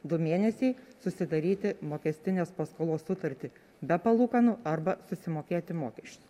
du mėnesiai susidaryti mokestinės paskolos sutartį be palūkanų arba susimokėti mokesčius